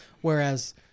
Whereas